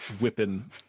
whipping